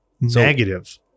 Negative